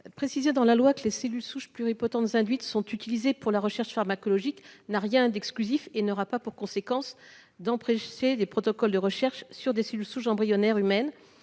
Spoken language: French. préciser dans la loi que les cellules souches pluripotentes induites sont utilisées pour la recherche pharmacologique n'a rien d'exclusif et n'aura pas pour conséquence d'empêcher les protocoles de recherche sur des cellules souches embryonnaires humaines